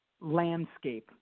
landscape